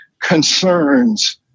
concerns